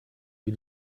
die